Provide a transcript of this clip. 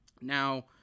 Now